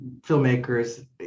filmmakers